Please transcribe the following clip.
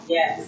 Yes